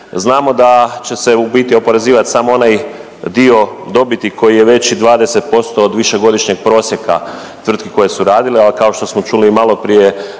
Znamo da će se u biti oporezivat samo onaj dio dobiti koji je veći 20% od višegodišnjeg prosjeka tvrtki koje su radile, al kao što smo čuli i maloprije